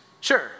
Sure